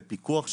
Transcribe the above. בפיקוח שלנו.